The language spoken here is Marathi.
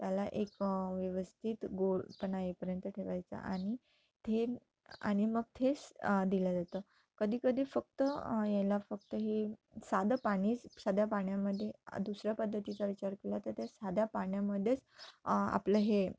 त्याला एक व्यवस्थित गोडपणा येईपर्यंत ठेवायचा आणि ते आणि मग तेच दिलं जातं कधीकधी फक्त याला फक्त हे साधं पाणीच साध्या पाण्यामध्ये दुसऱ्या पद्धतीचा विचार केला तर त्या साध्या पाण्यामध्येच आपलं हे